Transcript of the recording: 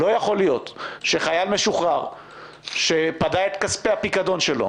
לא יכול להיות שחייל משוחרר שפדה את כספי הפיקדון שלו,